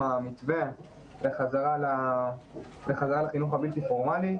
המתווה של החזרת החינוך הבלתי פורמלי.